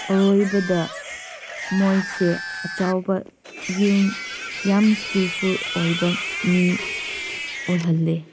ꯑꯔꯣꯏꯕꯗ ꯃꯣꯏꯁꯦ ꯑꯆꯧꯕ ꯌꯨꯝ ꯌꯥꯝ ꯁ꯭ꯀꯤꯜꯐꯨꯜ ꯑꯣꯏꯕ ꯃꯤ ꯑꯣꯏꯍꯜꯂꯦ